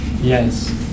yes